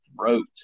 throat